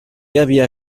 havia